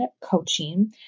coaching